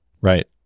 Right